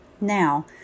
now